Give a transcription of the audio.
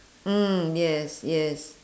mm yes yes